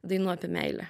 dainų apie meilę